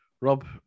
Rob